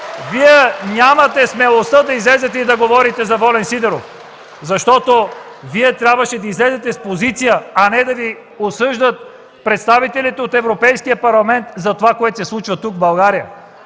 Вие нямате смелостта да излезете и да говорите за Волен Сидеров, защото Вие трябваше да излезете с позиция, а не да Ви осъждат представителите на Европейския парламент за това, което се случва тук, в България.